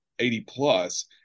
80-plus